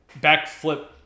backflip